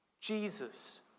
Jesus